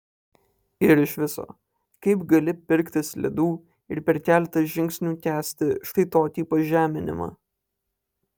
ir iš viso kaip gali pirktis ledų ir per keletą žingsnių kęsti štai tokį pažeminimą